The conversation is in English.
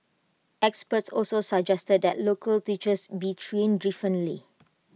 experts also suggested that local teachers be trained differently